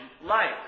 life